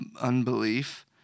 unbelief